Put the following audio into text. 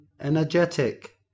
Energetic